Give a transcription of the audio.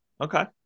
Okay